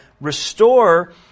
restore